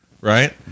right